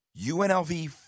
UNLV